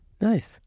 nice